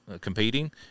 competing